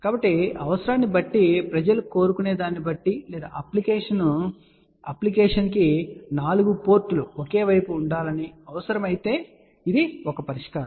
కాబట్టి అవసరం బట్టి ప్రజలు కోరుకునే దాన్నిబట్టి లేదా అప్లికేషన్ కి 4 పోర్టు ఒకే వైపు ఉండాలని అవసరమైతే ఇది ఒక పరిష్కారం